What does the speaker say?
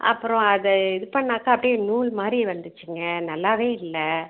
அப்புறம் அதை இது பண்ணாக்க அப்படியே நூல் மாதிரி வந்துச்சுங்க நல்லாவே இல்லை